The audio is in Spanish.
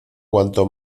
cuanto